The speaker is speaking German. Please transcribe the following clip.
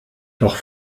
doch